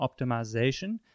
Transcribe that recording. Optimization